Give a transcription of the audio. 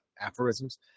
aphorisms